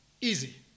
easy